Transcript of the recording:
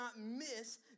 miss